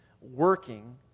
working